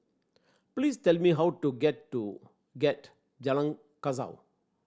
please tell me how to get to get Jalan Kasau